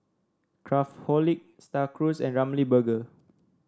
Craftholic Star Cruise and Ramly Burger